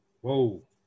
Whoa